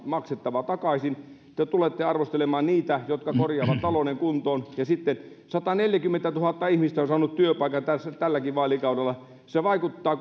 on maksettava takaisin te tulette arvostelemaan niitä jotka korjaavat talouden kuntoon ja sitten sataneljäkymmentätuhatta ihmistä on saanut työpaikan tälläkin vaalikaudella se vaikuttaa